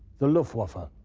the luftwaffe.